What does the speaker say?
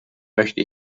möchte